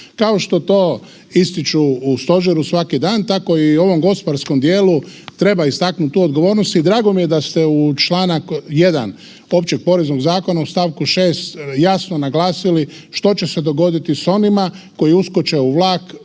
Kao što to ističu u stožeru svaki dan, tako i u ovom gospodarskom dijelu treba istaknut tu odgovornost i drago mi je da ste u čl. 1. Općeg poreznog zakona u st. 6. jasno naglasili što će se dogoditi s onima koji uskoče na vlak